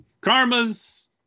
Karma's